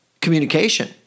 communication